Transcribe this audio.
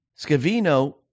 Scavino